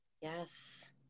Yes